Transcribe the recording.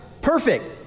Perfect